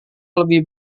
lebih